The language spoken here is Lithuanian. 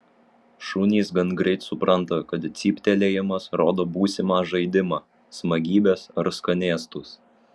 šunys gan greit supranta kad cyptelėjimas rodo būsimą žaidimą smagybes ar skanėstus